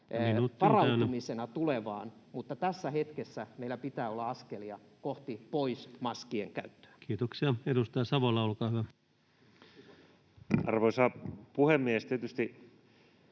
Minuutti on täynnä!] mutta tässä hetkessä meillä pitää olla askelia pois maskien käytöstä. Kiitoksia. — Edustaja Savola, olkaa hyvä. Arvoisa puhemies! Tietysti